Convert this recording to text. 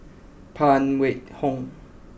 Phan Wait Hong